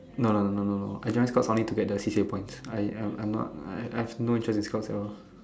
no no no no no no I just join Scouts because to get the C_C_A points I I am not have no interest in Scouts at all